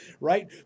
right